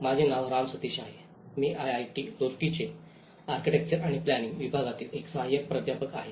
माझे नाव राम सतीश आहे मी आयआयटी रुड़कीचे आर्किटेक्चर आणि प्लानिंग विभागातील एक सहायक प्रोफेसर आहे